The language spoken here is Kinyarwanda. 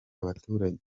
abaturage